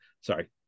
Sorry